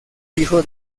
hijo